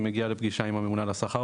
היא מגיעה לפגישה עם הממונה על השכר,